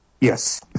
Yes